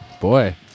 Boy